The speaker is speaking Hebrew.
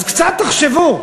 אז קצת תחשבו.